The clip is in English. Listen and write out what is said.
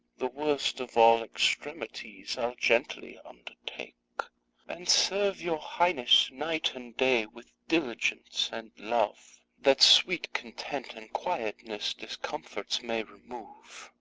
the worst of all extremities i'll gently undertake and serve your highness night and day with diligence and love that sweet content and quietness discomforts may remove.